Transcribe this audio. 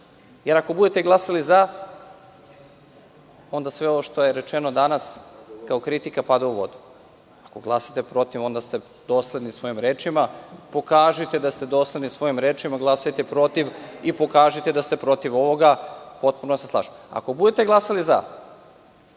jer ako budete glasali za, onda sve ovo što je rečeno danas kao kritika pada u vodu. Ako glasate protiv, onda ste dosledni svojim rečima. Pokažite da ste dosledni svojim rečima i glasate protiv i pokažite da ste protiv ovoga. Potpuno se slažem. Ako budete glasali za,